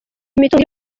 imitungo